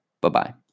Bye-bye